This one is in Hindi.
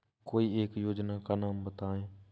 कोई एक योजना का नाम बताएँ?